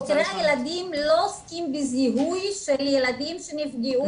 חוקרי הילדים לא עוסקים בזיהוי של ילדים שנפגעו.